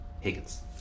Higgins